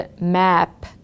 map